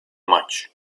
much